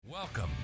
Welcome